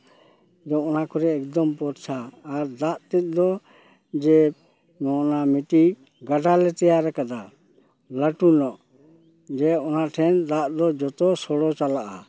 ᱟᱫᱚ ᱚᱱᱟ ᱠᱚᱨᱮ ᱮᱠᱫᱚᱢ ᱯᱷᱚᱨᱥᱟ ᱟᱨ ᱫᱟᱜ ᱛᱮᱫ ᱫᱚ ᱡᱮ ᱱᱚᱜᱼᱚᱭ ᱱᱚᱣᱟ ᱢᱤᱫᱴᱤᱡ ᱜᱟᱰᱟ ᱞᱮ ᱛᱮᱭᱟᱨᱟᱠᱟᱫᱟ ᱞᱟᱹᱴᱩ ᱧᱚᱜ ᱡᱮ ᱚᱱᱟ ᱴᱷᱮᱱ ᱫᱟᱜ ᱫᱚ ᱡᱚᱛᱚ ᱥᱚᱲᱚ ᱪᱟᱞᱟᱜᱼᱟ